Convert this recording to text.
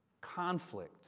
conflict